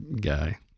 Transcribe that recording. guy